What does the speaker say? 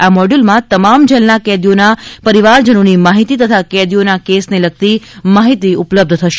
આ મોડ્યૂલમાં તમામ જેલના કેદીઓના પરિવારજનોની માહિતી તથા કેદીઓના કેસને લગતી માહિતી ઉપલબ્ધ થશે